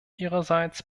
ihrerseits